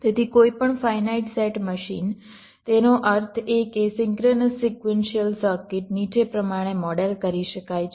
તેથી કોઈપણ finite set machine તેનો અર્થ એ કે સિંક્રનસ સિક્વન્સિયલ સર્કિટ નીચે પ્રમાણે મોડેલ કરી શકાય છે